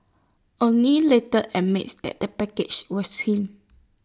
Anthony later admits that the package was him